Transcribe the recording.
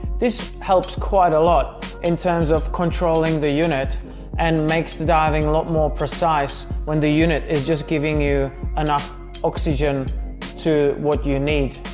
this helps quite a lot in terms of controlling the unit and makes the diving a lot more precise when the unit is just giving you enough oxygen to what you need.